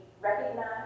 recognize